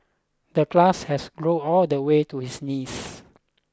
the glass has grow all the way to his knees